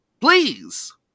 Please